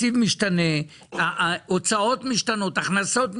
תקציב משתנה, ההוצאות משתנות, ההכנסות משתנות?